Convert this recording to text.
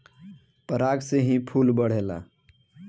पराग से ही फूल बढ़ेला